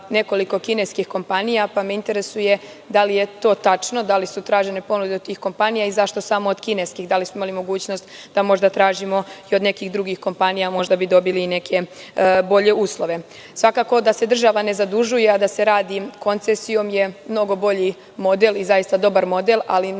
nekoliko kineskih komapnija, pa me interesuje da li je to tačno? Da li su tražene ponude od tih komapnija? Zašto samo od kineskih? Da li smo imali mogućnost da možda tražimo i od nekih drugih kompanija možda bi dobili neke bolje uslove? Svakako da se država ne zadužuje, a da se radi koncesijom je mnogo bolji model i zaista dobar model. Mislim